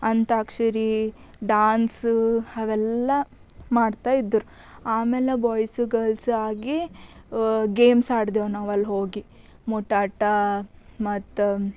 ಅಂತ್ಯಾಕ್ಷರಿ dance ಅವೆಲ್ಲ ಮಾಡ್ತಾಯಿದ್ರು ಆಮೇಲೆ ಬಾಯ್ಸು ಗರ್ಲ್ಸು ಆಗಿ ಗೇಮ್ಸ್ ಆಡ್ದೆವು ನಾವು ಅಲ್ಲಿ ಹೋಗಿ ಮುಟ್ಟಾಟ ಮತ್ತು